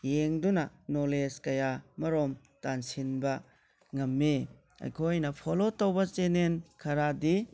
ꯌꯦꯡꯗꯨꯅ ꯅꯣꯂꯦꯁ ꯀꯌꯥ ꯑꯃꯔꯣꯝ ꯇꯥꯟꯁꯤꯟꯕ ꯉꯝꯃꯤ ꯑꯩꯈꯣꯏꯅ ꯐꯣꯂꯣ ꯇꯧꯕ ꯆꯦꯅꯦꯟ ꯈꯔꯗꯤ